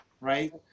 right